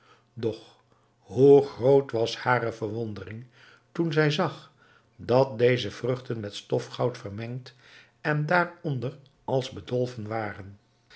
doch hoe groot was hare verwondering toen zij zag dat deze vruchten met stofgoud vermengd en daaronder als bedolven waren